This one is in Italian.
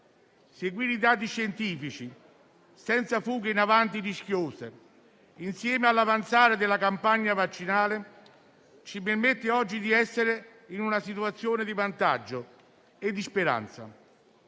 Seguire i dati scientifici, senza fughe in avanti rischiose, e l'avanzare della campagna vaccinale ci permettono oggi di essere in una situazione di vantaggio e di speranza.